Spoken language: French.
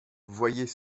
voyait